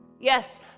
Yes